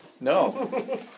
No